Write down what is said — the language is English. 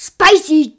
Spicy